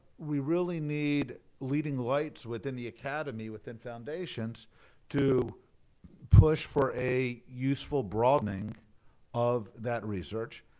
we really need leading lights within the academy, within foundations to push for a useful broadening of that research.